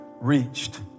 reached